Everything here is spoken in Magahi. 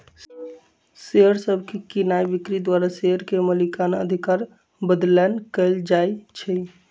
शेयर सभके कीनाइ बिक्री द्वारा शेयर के मलिकना अधिकार बदलैंन कएल जाइ छइ